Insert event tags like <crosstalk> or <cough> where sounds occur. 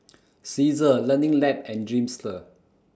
<noise> Cesar Learning Lab and Dreamster